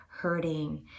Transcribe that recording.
hurting